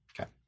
Okay